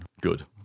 good